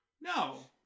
No